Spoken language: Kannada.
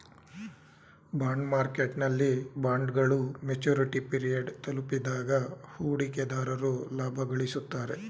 ಬಾಂಡ್ ಮಾರ್ಕೆಟ್ನಲ್ಲಿ ಬಾಂಡ್ಗಳು ಮೆಚುರಿಟಿ ಪಿರಿಯಡ್ ತಲುಪಿದಾಗ ಹೂಡಿಕೆದಾರರು ಲಾಭ ಗಳಿಸುತ್ತಾರೆ